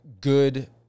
good